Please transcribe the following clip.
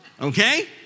Okay